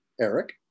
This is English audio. Eric